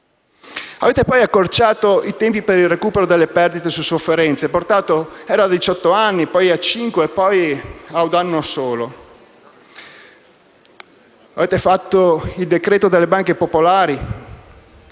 Avete poi accorciato i tempi per il recupero delle perdite su sofferenze: era a diciotto anni, poi a cinque e poi a un anno solo. Avete fatto il decreto sulle banche popolari,